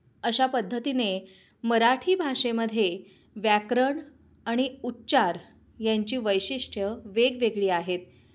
अशा पद्धतीने मराठी भाषेमध्ये व्याकरण आणि उच्चार यांची वैशिष्ठ्य वेगवेगळी आहेत